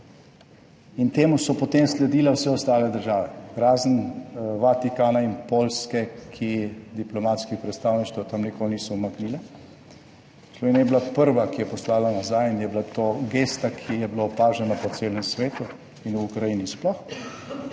in temu so potem sledile vse ostale države, razen Vatikana in Poljske, ki diplomatskih predstavništev tam nikoli niso umaknile. Slovenija je bila prva, ki je poslala nazaj in je bila to gesta, ki je bila opažena po celem svetu in v Ukrajini sploh.